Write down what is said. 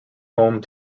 home